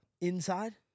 Inside